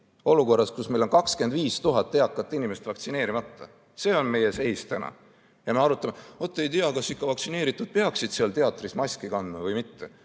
olukorras, kus on 25 000 eakat inimest vaktsineerimata. See on meie seis täna. Ja me arutame, et vaat, ei tea, kas ikka vaktsineeritud peaksid teatris maski kandma või mitte.